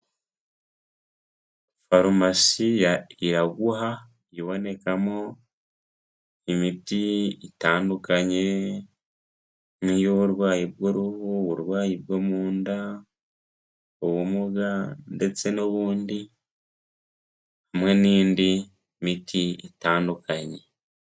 Farumasi ya Iraguha, ibonekamo imiti itandukanye, nkiy' uburwayi bw' uruhu, uburwayi bwo munda, ubumuga ndetse n'ubundi, hamwe n'indi miti itandukanye.